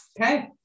okay